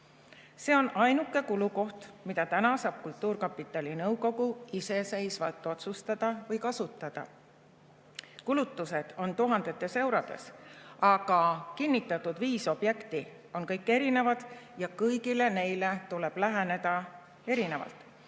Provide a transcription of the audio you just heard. See on ainuke kulukoht, mida kultuurkapitali nõukogu saab praegu iseseisvalt otsustada või kasutada. Kulutused on tuhandetes eurodes, aga kinnitatud viis objekti on kõik erinevad ja kõigile neile tuleb läheneda erinevalt.